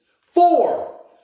Four